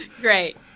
Great